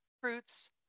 fruits